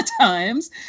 times